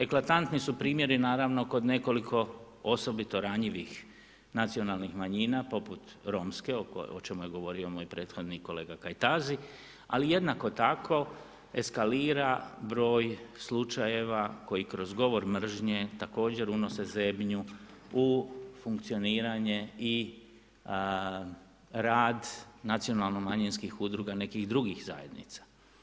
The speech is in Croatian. Eklatantni su primjeri naravno kod nekoliko osobito ranjivih nacionalnih manjina poput romske o čemu je govorio moj prethodnik kolega Kajtazi, ali jednako tako eskalira broj slučajeva koji kroz govor mržnje također unose zebnju u funkcioniranje i rad nacionalno-manjinskih udruga nekih drugih zajednica.